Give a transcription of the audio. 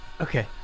Okay